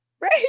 Right